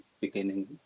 beginning